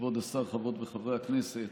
כבוד השר, חברות וחברי הכנסת,